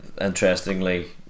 interestingly